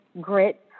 grit